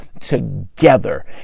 together